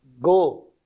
Go